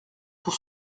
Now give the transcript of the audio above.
pour